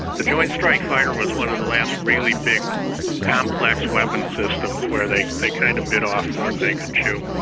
the joint strike fighter was one of the last really big complex weapons systems where they they kind of bit off more than they could chew.